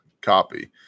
Copy